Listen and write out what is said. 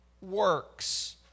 works